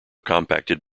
compacted